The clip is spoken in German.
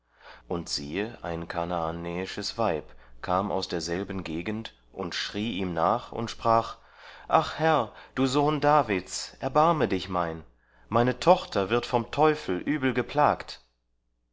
und siehe ein kanaanäisches weib kam aus derselben gegend und schrie ihm nach und sprach ach herr du sohn davids erbarme dich mein meine tochter wird vom teufel übel geplagt